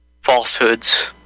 falsehoods